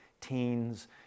teens